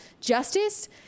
justice